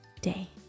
day